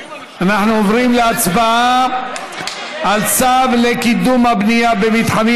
אנחנו עוברים להצבעה על צו לקידום הבנייה במתחמים